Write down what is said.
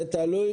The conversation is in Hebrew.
זה תלוי